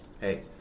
hey